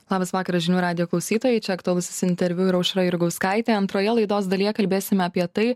labas vakaras žinių radijo klausytojai čia aktualusis interviu ir aušra jurgauskaitė antroje laidos dalyje kalbėsime apie tai